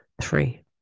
three